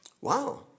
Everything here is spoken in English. Wow